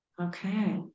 Okay